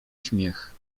śmiech